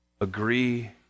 agree